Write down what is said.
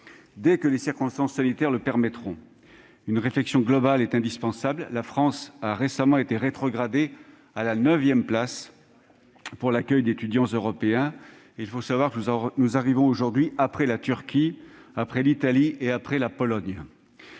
dès que les circonstances sanitaires le permettront. Une réflexion globale est indispensable : la France a récemment été rétrogradée à la neuvième place pour l'accueil d'étudiants européens. Il faut avoir conscience que nous arrivons aujourd'hui après la Turquie, l'Italie et la Pologne